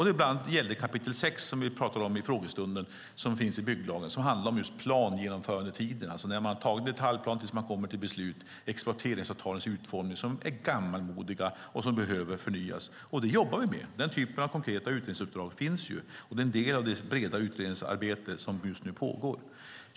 Det gällde bland annat kapitel 6 i bygglagen som handlar om plangenomförandetider, alltså när man har tagit en detaljplan tills man kommer till beslut, och exploateringsavtalens utformning som är gammalmodig och behöver förnyas. Det jobbar vi med, och den typen av konkreta utredningsuppdrag finns. Det är en del av det breda utredningsarbete som pågår.